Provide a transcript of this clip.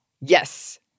Yes